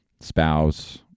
spouse